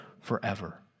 forever